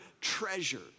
treasure